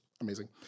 amazing